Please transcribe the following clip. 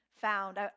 found